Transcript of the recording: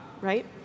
right